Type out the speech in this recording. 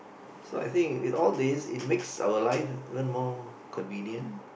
so I think in all days it makes our life even more convenient